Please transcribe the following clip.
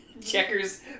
Checkers